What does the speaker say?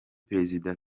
perezida